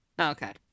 Okay